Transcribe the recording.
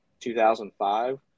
2005